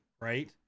right